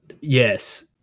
Yes